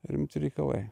rimti reikalai